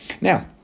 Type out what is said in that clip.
now